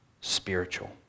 spiritual